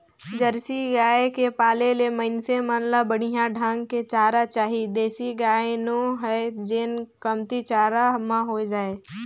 Jersey गाय के पाले ले मइनसे मन ल बड़िहा ढंग के चारा चाही देसी गाय नो हय जेन कमती चारा म हो जाय